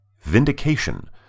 Vindication